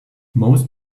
most